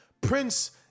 Prince